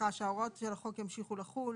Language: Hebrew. שההוראות של החוק ימשיכו לחול.